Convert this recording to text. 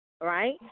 right